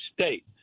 state